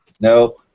no